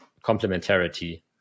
complementarity